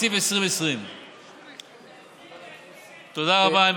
תקציב 2020. תודה רבה.